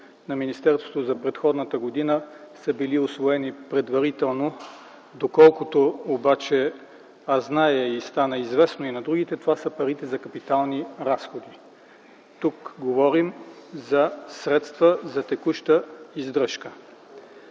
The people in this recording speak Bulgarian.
на министерството за предходната година са били изпълнени предварително. Доколкото обаче аз зная и стана известно и на другите, това са парите за капитални разходи. Тук говорим за средства за текуща издръжка.